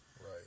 Right